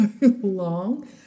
long